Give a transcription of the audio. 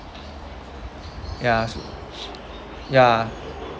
ya ya that